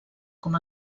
com